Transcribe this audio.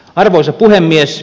arvoisa puhemies